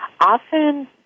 Often